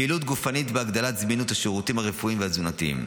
בפעילות גופנית ובהגדלת זמינות השירותים הרפואיים והתזונתיים.